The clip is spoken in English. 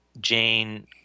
Jane